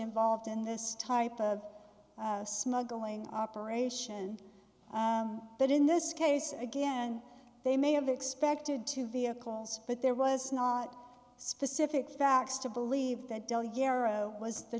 involved in this type of smuggling operation but in this case again they may have expected to vehicles but there was not specific facts to believe that del yaro was the